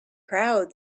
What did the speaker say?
proud